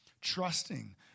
trusting